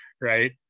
right